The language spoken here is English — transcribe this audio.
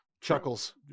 Chuckles